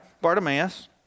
Bartimaeus